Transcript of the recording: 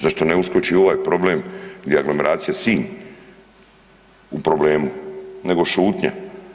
Zašto ne uskoči u ovaj problem gdje je aglomeracija Sinj u problemu nego šutnja?